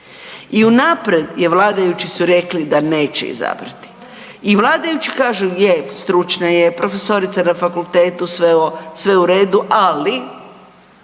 I unaprijed vladajući su rekli da neće izabrati i vladajući kažu je stručna je, profesorica na fakultetu sve u redu, ali